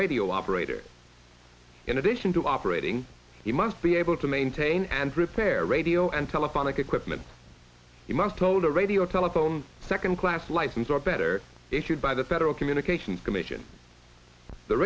radio operator in addition to operating you must be able to maintain and repair radio and telephonic equipment you must hold a radio telephone second class license or better if you buy the federal communications commission the